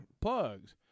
plugs